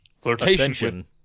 flirtation